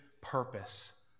purpose